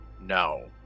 No